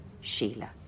Sheila